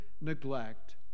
neglect